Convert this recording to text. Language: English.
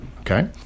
okay